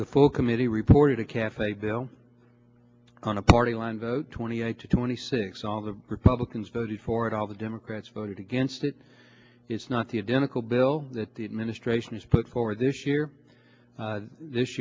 the full committee reported a cafe bill on a party line vote twenty eight to twenty six all the republicans voted for it all the democrats voted against it it's not the identical bill that the administration has put forward this year this